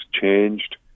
changed